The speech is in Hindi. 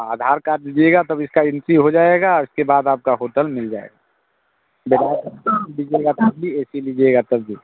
हाँ आधार कार्ड दीजिएगा तब उसका एंट्री हो जाएगा उसके बाद आपको होटल मिल जाएगा विदाउट ए सी लीजिएगा तब भी और ऐ सी लीजिएगा तब भी